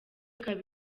ikaba